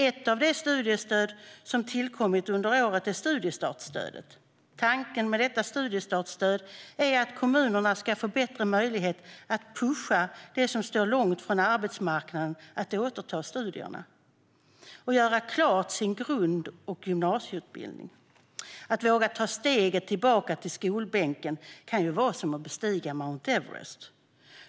Ett av de studiestöd som har tillkommit under året är studiestartsstödet. Tanken med studiestartsstödet är att kommunerna ska få bättre möjlighet att pusha dem som står långt från arbetsmarknaden att återuppta studierna och göra klart sin grundskole och gymnasieutbildning. Att våga ta steget tillbaka till skolbänken kan vara som att bestiga Mount Everest.